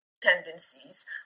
tendencies